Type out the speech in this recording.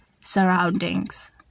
surroundings